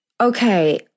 okay